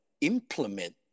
implement